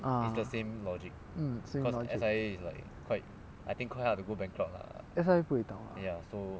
ah mm same logic S_I_A 不会倒 lah